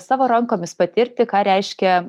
savo rankomis patirti ką reiškia